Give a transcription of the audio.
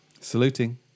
Saluting